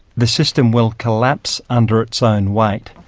the system will collapse under its own weight.